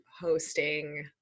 hosting